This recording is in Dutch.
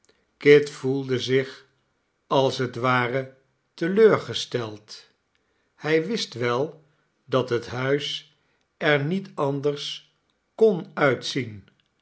kit voelde zich als het ware te leur gesteld hij wist wel dat het huis er niet anders kon uitzien